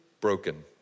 broken